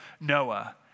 Noah